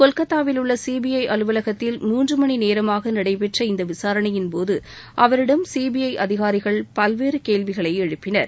கொல்கத்தாவில் உள்ள சிபிஐ அலுவலகத்தில் மூன்று மணி நேரமாக நடைபெற்ற இந்த விசாரணையின் போது அவரிடம் சிபிஐ அதிகாரிகள் பல்வேறு கேள்விகளை எழுப்பினர்